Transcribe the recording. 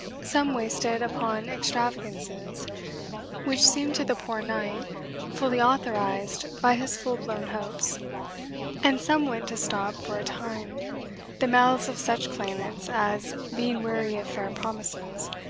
some wasted upon extravagances which seemed to the poor knight fully authorized by his full-blown hopes and some went to stop for a time the mouths of such claimants as, being weary of fair promises,